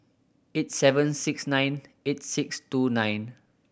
eight seven six nine eight six two nine